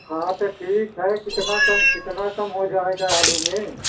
हाँ तो ठीक है कितना कम कितना कम हो जाएगा आलू में